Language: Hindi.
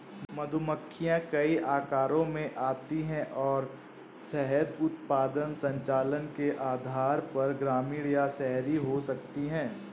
मधुमक्खियां कई आकारों में आती हैं और शहद उत्पादन संचालन के आधार पर ग्रामीण या शहरी हो सकती हैं